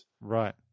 Right